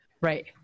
Right